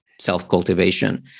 self-cultivation